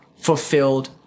fulfilled